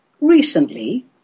recently